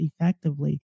effectively